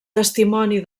testimoni